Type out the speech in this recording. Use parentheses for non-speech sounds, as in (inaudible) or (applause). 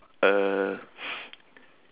uh (noise)